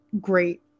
Great